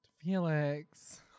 Felix